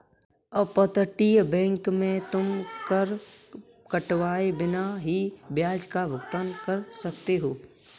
अपतटीय बैंक में तुम कर कटवाए बिना ही ब्याज का भुगतान कर सकते हो